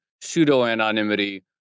pseudo-anonymity